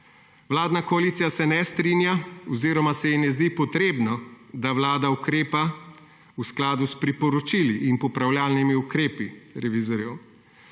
Vladna koalicija se ne strinja oziroma se ji ne zdi potrebno, da Vlada ukrepa v skladu s priporočili in popravljalnimi ukrepi revizorjev,